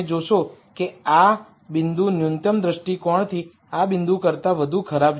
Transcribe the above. તમે જોશો કે આ બિંદુ ન્યૂનતમ દૃષ્ટિકોણથી આ બિંદુ કરતા વધુ ખરાબ છે